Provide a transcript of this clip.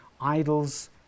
idols